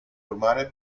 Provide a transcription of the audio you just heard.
urmare